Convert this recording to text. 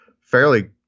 fairly